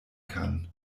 kann